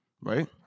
right